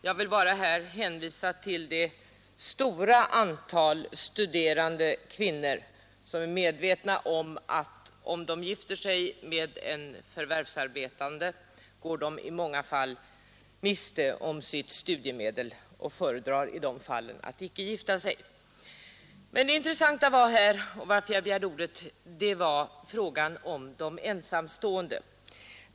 Jag vill bara hänvisa till det stora antal studerande kvinnor, som är medvetna om, att om de gifter sig med en förvärvsarbetande går de i många fall miste om sina studiemedel och som därför föredrar att inte gifta sig. Men det intressanta och det som föranledde mig att begära ordet var frågan om de ensamstående.